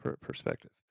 perspective